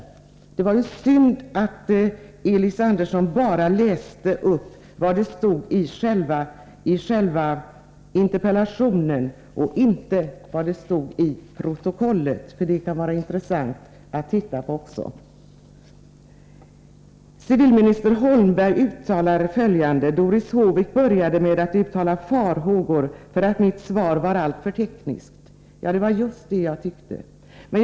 Men det var synd att Elis Andersson läste upp bara vad som stod i själva interpellationen och inte vad som står i protokollet — det kan också vara intressant att se på. Civilminister Holmberg uttalade följande: ”Doris Håvik började med att uttala farhågor för att mitt svar var alltför tekniskt.” Det var just det jag tyckte.